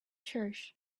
church